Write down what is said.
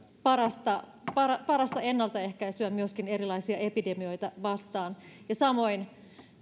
parasta parasta ennaltaehkäisyä myöskin erilaisia epidemioita vastaan samoin